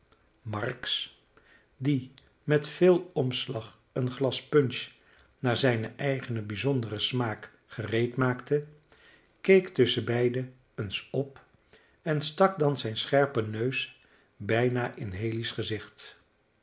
marks die met veel omslag een glas punch naar zijnen eigen bijzonderen smaak gereed maakte keek tusschenbeide eens op en stak dan zijn scherpen neus bijna in haley's gezicht